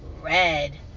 red